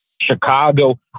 Chicago